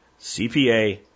CPA